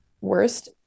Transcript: worst